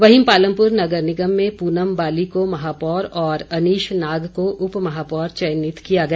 वहीं पालमपुर नगर निगम में पूनम बाली को महापौर और अनीश नाग को उपमहापौर चयनित किया गया